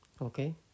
Okay